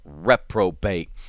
reprobate